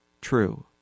true